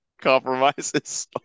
compromises